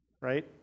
Right